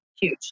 huge